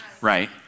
right